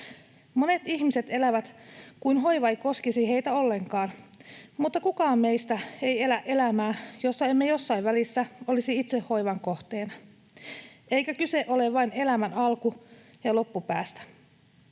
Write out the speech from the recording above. Monet ihmiset elävät kuin hoiva ei koskisi heitä ollenkaan, mutta kukaan meistä ei elä elämää, jossa emme jossain välissä olisi itse hoivan kohteena, eikä kyse ole vain elämän alku- ja loppupäästä.